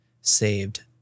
saved